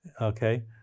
okay